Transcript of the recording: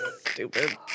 Stupid